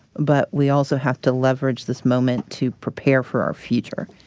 but we also have to leverage this moment to prepare for our future.